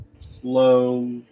Slow